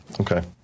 Okay